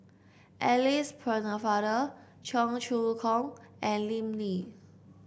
Alice Pennefather Cheong Choong Kong and Lim Lee